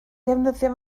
ddefnyddio